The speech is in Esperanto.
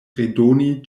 redoni